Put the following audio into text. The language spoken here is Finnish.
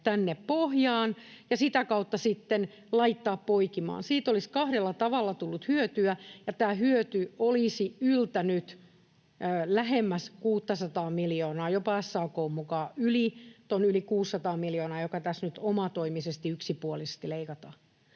tänne pohjaan ja sitä kautta sitten laittaa poikimaan. Siitä olisi kahdella tavalla tullut hyötyä, ja tämä hyöty olisi yltänyt lähemmäs 600:aa miljoonaa jopa SAK:n mukaan, yli tuon 600 miljoonaa, joka tässä nyt omatoimisesti, yksipuolisesti leikataan.